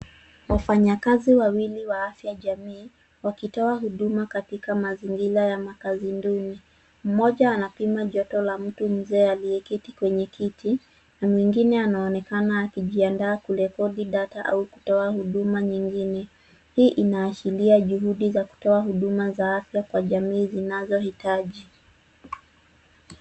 Wafanyakazi wawili wa afya jamii wakitoa huduma katika mazingira ya makazi duni. Mmoja anapima joto la mtu mzee aliyeketi kwenye kiti, na mwingine anaonekana akijiandaa kurekodi data au kutoa huduma nyingine. Hii inaashiria juhudi za kutoa huduma za afya kwa jamii zinazohitaji.